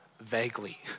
vaguely